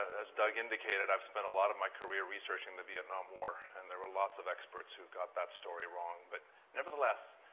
as doug indicated, i've spent a lot of my career researching the vietnam war, and there are lots of experts who got that story wrong. but nevertheless,